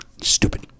Stupid